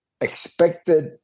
expected